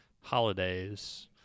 holidays